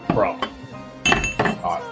Bro